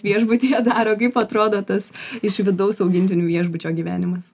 viešbutyje daro kaip atrodo tas iš vidaus augintinių viešbučio gyvenimas